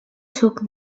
took